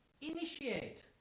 initiate